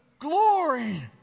glory